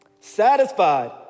satisfied